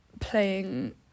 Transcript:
playing